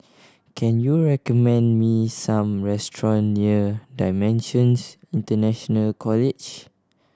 can you recommend me some restaurant near Dimensions International College